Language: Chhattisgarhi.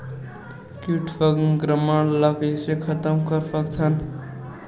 कीट संक्रमण ला कइसे खतम कर सकथन?